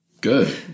Good